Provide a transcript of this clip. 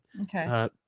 okay